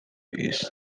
his